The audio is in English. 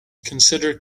consider